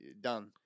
Done